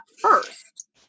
first